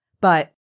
But-